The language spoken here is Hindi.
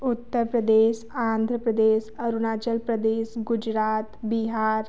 उत्तरप्रदेश आंध्रप्रदेश अरुणाचल प्रदेश गुजरात बिहार